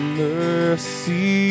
mercy